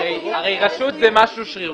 הרי רשות זה משהו שרירותי.